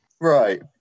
Right